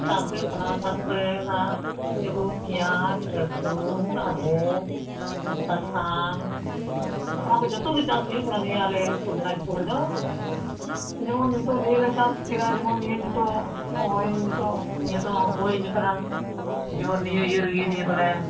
ᱪᱟᱥ ᱦᱩᱭᱩᱜ ᱠᱟᱱᱟ ᱛᱟᱨᱯᱚᱨᱮ ᱚᱱᱟ ᱤᱭᱟᱹ ᱠᱚ ᱯᱮᱸᱭᱟᱡ ᱨᱟᱹᱥᱩᱱ ᱟᱫᱷᱮ ᱥᱟᱥᱟᱝ ᱚᱱᱟᱠᱚ ᱡᱚᱛᱚᱜᱮ ᱪᱟᱥ ᱦᱩᱭᱩᱜ ᱠᱟᱱᱟ ᱱᱤᱭᱟᱹ ᱟᱞᱮ ᱩᱛᱛᱚᱨ ᱫᱤᱱᱟᱡᱽᱯᱩᱨ ᱨᱮᱫᱚ ᱡᱮᱢᱚᱱ ᱱᱤᱛᱚᱜ ᱱᱤᱭᱟᱹᱞᱮ ᱪᱟᱥ ᱠᱮᱫᱟ ᱡᱮᱢᱚᱱ ᱱᱤᱭᱟᱹ ᱱᱤᱛᱚᱜ ᱦᱚᱜᱼᱚᱭ ᱱᱤᱛᱚᱜ ᱱᱤᱭᱟᱹ ᱫᱚ ᱦᱩᱭ ᱟᱠᱟᱱᱟ ᱡᱮᱢᱚᱱ ᱱᱤᱭᱟᱹ ᱤᱭᱟᱹ ᱨᱮᱜᱮ ᱱᱤᱭᱟᱹ ᱫᱚᱞᱮ